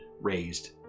raised